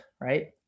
right